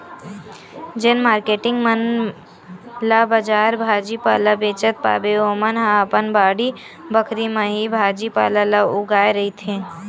जेन मारकेटिंग मन ला बजार भाजी पाला बेंचत पाबे ओमन ह अपन बाड़ी बखरी म ही भाजी पाला ल उगाए रहिथे